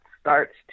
starts